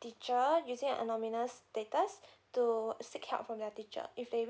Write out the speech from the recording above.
teacher using an anonymous status to seek help from the teacher if they really